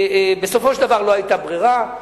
בסופו של דבר לא היתה ברירה.